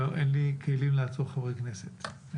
אין לי כלים לעצור חברי כנסת...